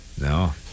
No